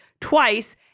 twice